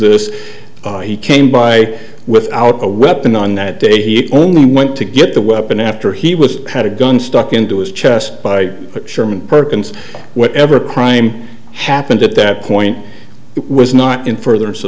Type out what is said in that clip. this oh he came by with a weapon on that day he only went to get the weapon after he was kind of done stuck into his chest but i sherman perkins whatever crime happened at that point it was not in further so